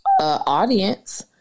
audience